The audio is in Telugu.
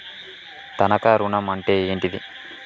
తనఖా ఋణం అంటే ఏంటిది?